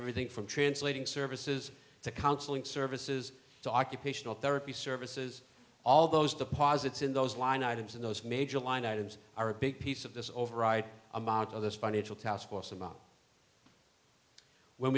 everything from translating services to counseling services to occupational therapy services all those deposits in those line items and those major line items are a big piece of this override amount of this financial